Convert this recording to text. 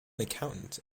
accountant